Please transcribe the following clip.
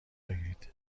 بگیرید